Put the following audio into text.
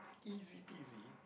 easy peasy